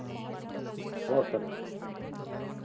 okay అమ్మ okay